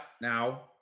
now